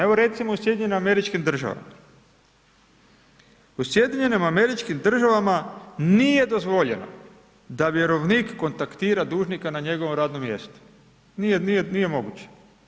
Evo recimo u SAD-u, u SAD-u nije dozvoljeno da vjerovnik kontaktira dužnika na njegovom radnom mjestu, nije moguće.